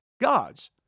God's